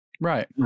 right